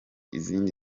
izindi